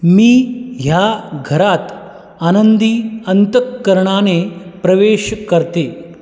मी ह्या घरात आनंदी अंत करणाने प्रवेश करते